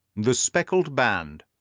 the speckled band